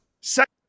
second